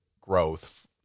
growth